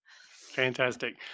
Fantastic